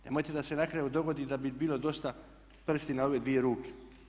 Nemojte da se na kraju dogodi da bi bilo dosta prsti na ove dvije ruke.